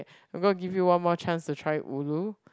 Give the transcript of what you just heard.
okay I'm gonna give you one more chance to try ulu